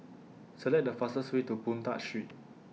Select The fastest Way to Boon Tat Street